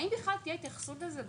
האם בכלל תהיה התייחסות לזה בתקציב?